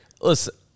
Listen